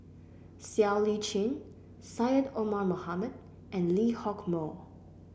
Siow Lee Chin Syed Omar Mohamed and Lee Hock Moh